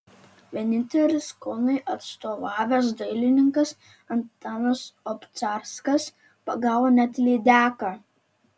vienintelis kaunui atstovavęs dailininkas antanas obcarskas pagavo net lydeką